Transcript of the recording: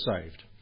saved